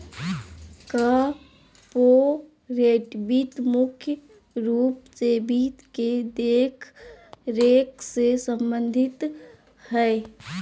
corporate वित्त मुख्य रूप से वित्त के देखरेख से सम्बन्धित हय